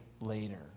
later